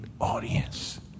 audience